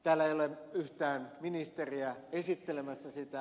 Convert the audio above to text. täällä ole yhtään ministeriä esittelemässä sitä